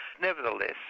Nevertheless